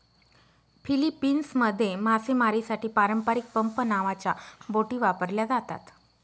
फिलीपिन्समध्ये मासेमारीसाठी पारंपारिक पंप नावाच्या बोटी वापरल्या जातात